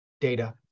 data